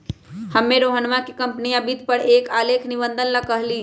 हम्मे रोहनवा के कंपनीया वित्त पर एक आलेख निबंध ला कहली